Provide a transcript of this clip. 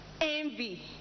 envy